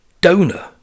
donor